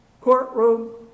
courtroom